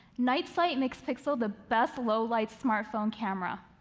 night sight makes pixel the best low-light smartphone camera.